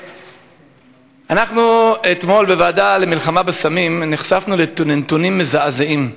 אתמול בוועדה למלחמה בסמים נחשפנו לנתונים מזעזעים.